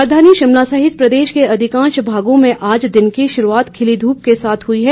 मौसम राजधानी शिमला सहित प्रदेश के अधिकांश भागों में आज दिन की शुरूआत खिली धूप के साथ हुई है